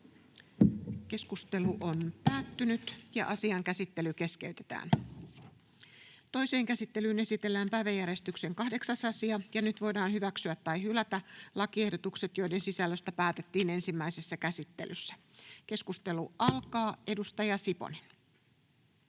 siihen liittyviksi laeiksi Time: N/A Content: Toiseen käsittelyyn esitellään päiväjärjestyksen 9. asia. Nyt voidaan hyväksyä tai hylätä lakiehdotukset, joiden sisällöstä päätettiin ensimmäisessä käsittelyssä. — Keskustelua. Edustaja Nurminen,